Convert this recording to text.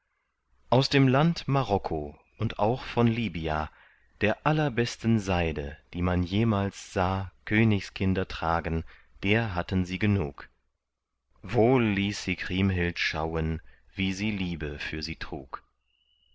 aus dem land marocco und auch von libya der allerbesten seide die man jemals sah königskinder tragen der hatten sie genug wohl ließ sie kriemhild schauen wie sie liebe für sie trug